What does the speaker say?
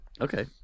Okay